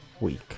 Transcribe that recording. Week